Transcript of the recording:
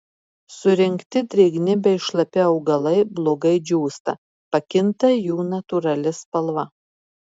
surinkti drėgni bei šlapi augalai blogai džiūsta pakinta jų natūrali spalva